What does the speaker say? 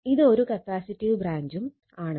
ഇത് ഒരു കപ്പാസിറ്റീവ് ബ്രാഞ്ചും ആണ്